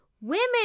women